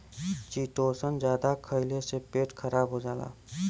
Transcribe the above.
chitosan जादा खइले से पेट खराब हो जाला